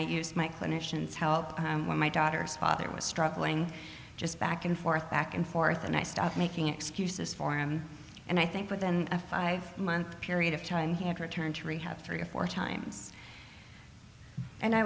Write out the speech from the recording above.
i used my clinicians help my daughter's father was struggling just back and forth back and forth and i stop making excuses for him and i think with a five month period of time he had returned to rehab three or four times and i